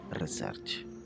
research